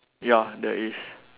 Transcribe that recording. ya there is